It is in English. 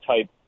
type